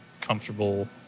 comfortable